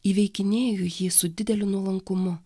įveikinėju jį su dideliu nuolankumu